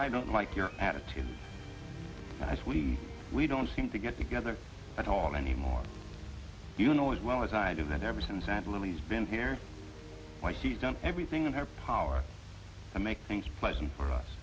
i don't like your attitude as we we don't seem to get together at all anymore you know as well as i do that ever since aunt louise been here twice she's done everything in her power to make things pleasant for us